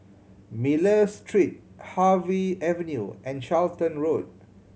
Miller Street Harvey Avenue and Charlton Road